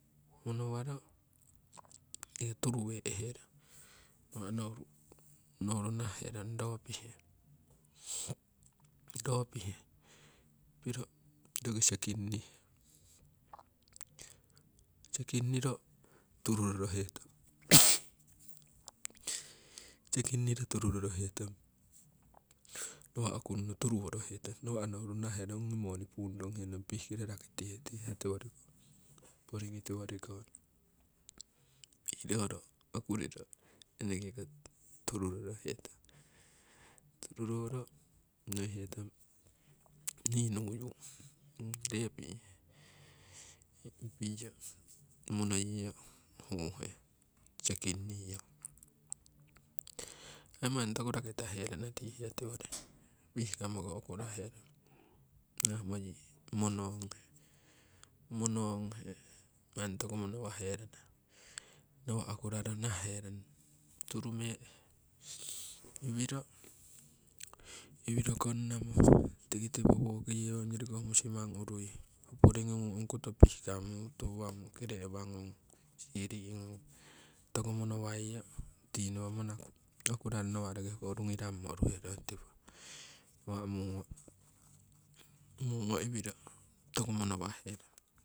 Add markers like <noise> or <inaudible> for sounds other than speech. Toku monowaro eneke turuwe'he rong nawa' nouru nahahe rong roo pihe piro roki sekingihe, sekingiro tururorohe tong <noise> sekingirohe tururorohe tong nawa' okunno turuworohe tong. Nawa' nouru nahahe rong ongi money pungronghe nuiyong pihkiro rakitihe tii hiya tiworiko, porigi tiworiko pihroro okuriro eneke ko tururoro hetong, tururoro nohihe tong nii nuyu ree pi'he piyo monoyiyo hu'he sekingiyo aii manni toku rakitahe rana tii hiya tiwori pih kamoko okurahe rong nahamo mononghe. <hesitation> manni toku monowahe rana nawa' okuraro nah herong turumeehe, iwiro konnamo <noise> tiki tiwo woki yewo ongyoriko musimang urui hoo porigi ngung ongkoto pihkammo ongkoto uwa ngung kere'wa ngung siri' ngung toku monowaiyo <unintelligible> okuraro nawa' roki hoo rugirammo uruherong nawa' mungo, mungo iwiro toku mono waherana.